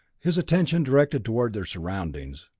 his attention directed toward their surroundings.